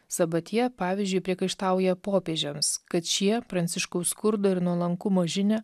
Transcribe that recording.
sabatije pavyzdžiui priekaištauja popiežiams kad šie pranciškaus skurdo ir nuolankumo žinią